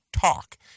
talk